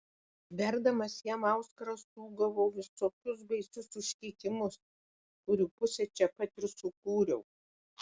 verdamas jam auskarą stūgavau visokius baisius užkeikimus kurių pusę čia pat ir sukūriau